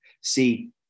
see